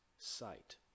sight